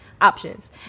options